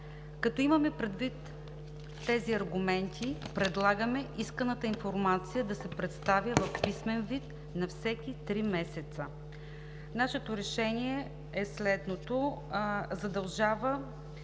Като имаме предвид тези аргументи, предлагаме исканата информация да се представя в писмен вид на всеки три месеца. ПРЕДСЕДАТЕЛ ЕМИЛ